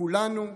כולנו ביחד.